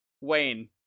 Wayne